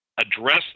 address